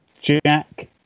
jack